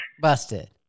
busted